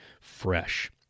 fresh